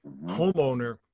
Homeowner